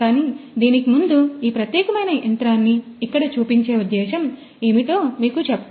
కానీ దీనికి ముందు ఈ ప్రత్యేకమైన యంత్రాన్ని ఇక్కడ చూపించే ఉద్దేశ్యం ఏమిటో మీకు చెప్తాను